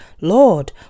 Lord